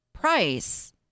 price